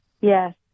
yes